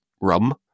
rum